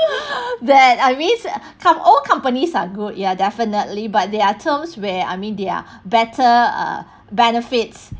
that I means comp~ all companies are good ya definitely but there are terms where I mean there are better err benefits